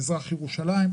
מזרח ירושלים,